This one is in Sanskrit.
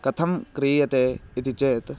कथं क्रियते इति चेत्